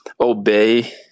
obey